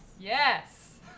Yes